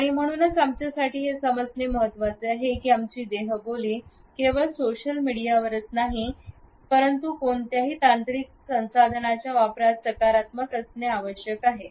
आणि म्हणूनच आमच्यासाठी हे समजणे महत्वाचे आहे की आमची देहबोली केवळ सोशल मीडियावरच नाही परंतु कोणत्याही तांत्रिक संसाधनाच्या वापरात सकारात्मक असणे आवश्यक आहे